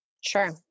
Sure